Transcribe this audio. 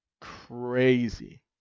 Crazy